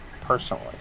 personally